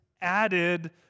added